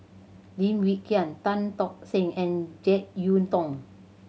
Lim Wee Kiak Tan Tock Seng and Jek Yeun Thong